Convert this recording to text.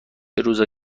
روز